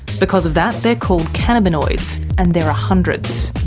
because of that they're called cannabinoids, and there are hundreds.